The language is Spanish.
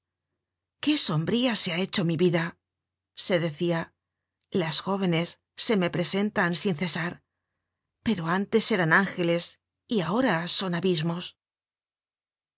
qué sombría se ha hecho mi vida se decia las jóvenes se me presentan sin cesar pero antes eran ángeles y ahora son abismos